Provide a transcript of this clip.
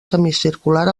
semicircular